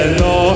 no